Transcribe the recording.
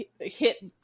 hit